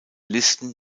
listen